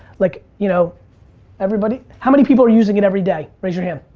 like you know everybody. how many people are using it every day, raise your hand?